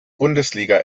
bundesliga